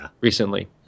recently